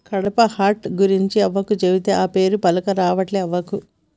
కడ్పాహ్నట్ గురించి అవ్వకు చెబితే, ఆ పేరే పల్కరావట్లే అవ్వకు